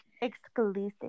exclusive